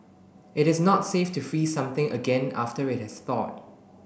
it is not safe to freeze something again after it has thawed